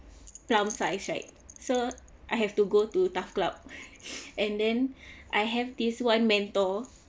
plump size right so I have to go to TAF club and then I have this one mentor